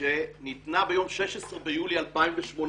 שניתנה ביום 16 ביולי 2018,